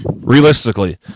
Realistically